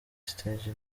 stage